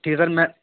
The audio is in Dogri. ठीक ऐ सर मैं